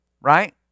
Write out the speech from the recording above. Right